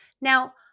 Now